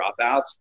dropouts